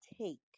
take